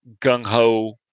gung-ho